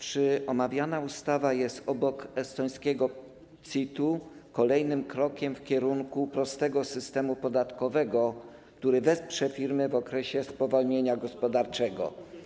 Czy omawiana ustawa jest obok estońskiego CIT-u kolejnym krokiem w kierunku prostego systemu podatkowego, który wesprze firmy w okresie spowolnienia gospodarczego?